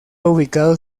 ubicado